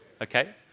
Okay